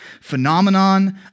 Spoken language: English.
phenomenon